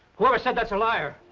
whoever said that's a liar!